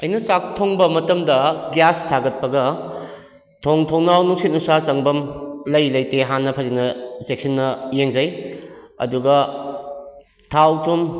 ꯑꯩꯅ ꯆꯥꯛ ꯊꯣꯡꯕ ꯃꯇꯝꯗ ꯒ꯭ꯌꯥꯁ ꯊꯥꯒꯠꯄꯒ ꯊꯣꯡ ꯊꯣꯡꯅꯥꯎ ꯅꯨꯡꯁꯤꯠ ꯅꯨꯡꯁꯥ ꯆꯪꯐꯝ ꯂꯩ ꯂꯩꯇꯦ ꯍꯥꯟꯅ ꯐꯖꯅ ꯆꯦꯛꯁꯤꯟꯅ ꯌꯦꯡꯖꯩ ꯑꯗꯨꯒ ꯊꯥꯎ ꯊꯨꯝ